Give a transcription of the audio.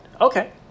Okay